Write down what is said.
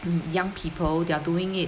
young people they're doing it